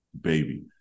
baby